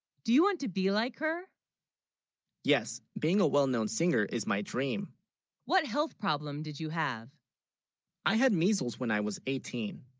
do you, want to be like her yes being a well-known singer is my dream what health problem did you have i had measles when i was eighteen